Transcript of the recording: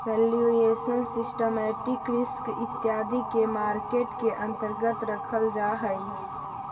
valuation, systematic risk इत्यादि के market के अंतर्गत रखल जा हई